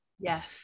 Yes